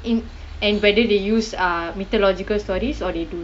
in and whether they use uh mythological stories or they don't